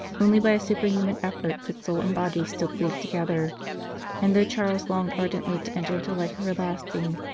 only by a superhuman effort could soul and body still cleave together and though charles longed ardently to enter into life everlasting,